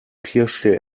pirschte